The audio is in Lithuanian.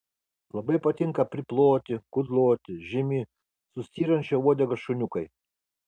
labai patinka priploti kudloti žemi su styrančia uodega šuniukai